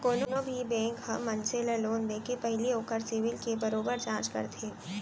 कोनो भी बेंक ह मनसे ल लोन देके पहिली ओखर सिविल के बरोबर जांच करथे